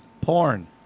Porn